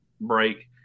break